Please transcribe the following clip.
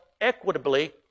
equitably